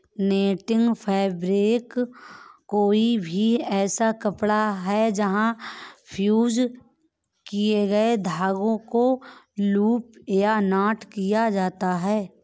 netting fabric कोई भी ऐसा कपड़ा है जहाँ फ़्यूज़ किए गए धागों को लूप या नॉट किया जाता है